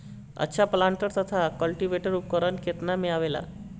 अच्छा प्लांटर तथा क्लटीवेटर उपकरण केतना में आवेला?